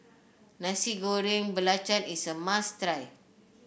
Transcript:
Nasi Goreng Belacan is a must try